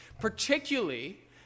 particularly